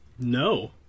no